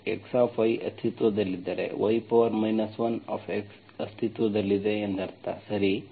x ಅಸ್ತಿತ್ವದಲ್ಲಿದ್ದರೆ y 1 ಅಸ್ತಿತ್ವದಲ್ಲಿದೆ ಎಂದರ್ಥ ಸರಿ